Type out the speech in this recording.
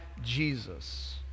Jesus